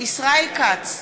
ישראל כץ,